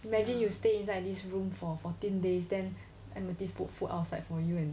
imagine you stay inside this room for fourteen days then amethyst put food outside for you and